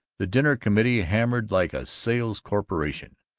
the dinner-committee hammered like a sales-corporation.